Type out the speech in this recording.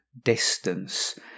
distance